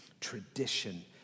tradition